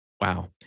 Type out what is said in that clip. wow